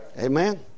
Amen